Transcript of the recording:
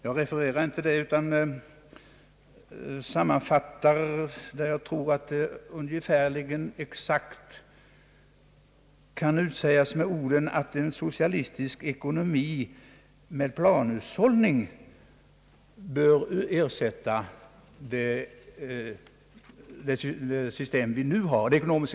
Jag refererar inte förslaget utan sammanfattar endast vad jag tror man kan utläsa därav: En socialistisk ekonomi med planhushållning bör ersätta den nuvarande blandekonomien.